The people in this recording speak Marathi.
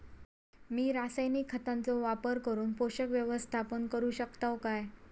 मी रासायनिक खतांचो वापर करून पोषक व्यवस्थापन करू शकताव काय?